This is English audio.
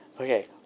Okay